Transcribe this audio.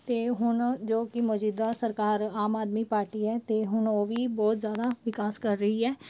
ਅਤੇ ਹੁਣ ਜੋ ਕਿ ਮੌਜੂਦਾ ਸਰਕਾਰ ਆਮ ਆਦਮੀ ਪਾਰਟੀ ਹੈ ਅਤੇ ਹੁਣ ਉਹ ਵੀ ਬਹੁਤ ਜ਼ਿਆਦਾ ਵਿਕਾਸ ਕਰ ਰਹੀ ਹੈ